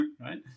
right